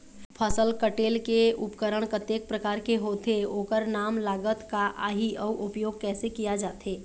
फसल कटेल के उपकरण कतेक प्रकार के होथे ओकर नाम लागत का आही अउ उपयोग कैसे किया जाथे?